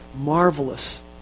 marvelous